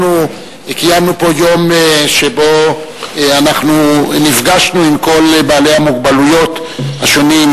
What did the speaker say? אנחנו קיימנו פה יום שבו אנחנו נפגשנו עם כל בעלי המוגבלות השונים,